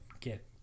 get